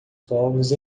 povos